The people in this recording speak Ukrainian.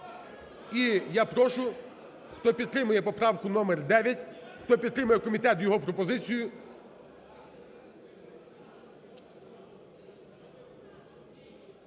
І, я прошу, хто підтримує поправку номер дев'ять, хто підтримує комітет і його пропозицію…